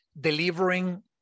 delivering